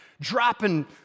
dropping